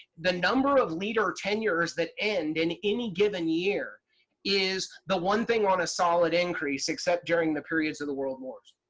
the number of leader tenures that end in any given year is the one thing on a solid increase except during the periods of the world wars.